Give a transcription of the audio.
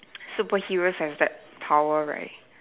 superheroes have that power right